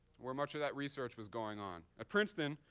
where much of that research was going on. at princeton,